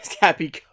Happy